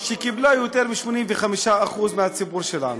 שקיבלה יותר מ-85% מהציבור שלנו,